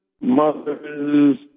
mother's